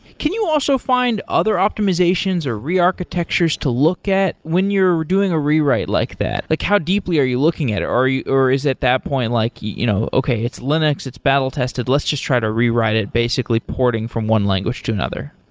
can you also find other optimizations, or rearchitectures to look at when you're doing a rewrite like that? like how deeply are you looking at it? or is at that point like, you know okay, it's linux, its battle-tested. let's just try to rewrite it basically porting from one language to another?